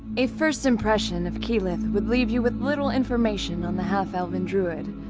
a first impression of keyleth would leave you with little information on the half-elven druid.